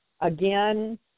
again